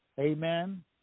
Amen